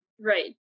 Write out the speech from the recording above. right